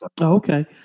Okay